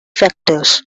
factors